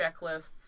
checklists